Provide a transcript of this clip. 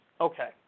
Okay